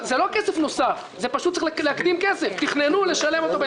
כי אולי נוכל להקטין את הוצאות המסים על